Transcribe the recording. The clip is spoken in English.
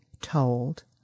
Told